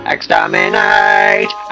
Exterminate